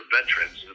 veterans